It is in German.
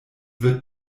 wird